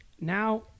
Now